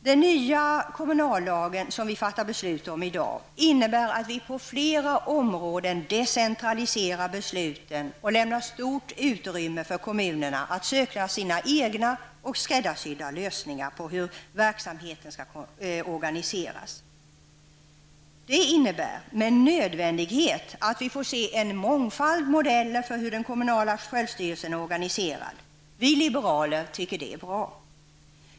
Den nya kommunallag som vi fattar beslut om i dag innebär att vi på flera områden decentraliserar besluten och lämnar stort utrymme för kommunerna att söka egna och skräddarsydda lösningar på hur verksamheten skall organiseras. Det innebär med nödvändighet att vi får se en mångfald modeller för hur den kommunala självstyrelsen är organiserad. Vi liberaler tycker att det är bra.